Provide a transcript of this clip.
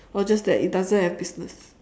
or just that it doesn't have business